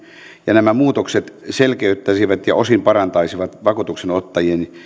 ja nämä muutokset selkeyttäisivät ja osin parantaisivat vakuutuksenottajien